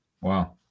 Wow